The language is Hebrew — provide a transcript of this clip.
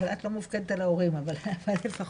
אבל את לא מופקדת על ההורים,